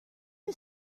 you